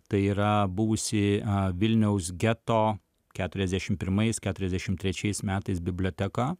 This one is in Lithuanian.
tai yra buvusi vilniaus geto keturiasdešim pirmais keturiasdešim trečiais metais biblioteka